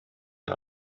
der